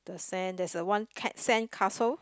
sand there's a one cap sandcastle